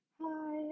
Hi